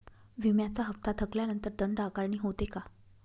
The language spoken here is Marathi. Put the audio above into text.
विम्याचा हफ्ता थकल्यानंतर दंड आकारणी होते का?